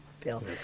bill